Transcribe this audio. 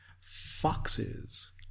Foxes